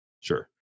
Sure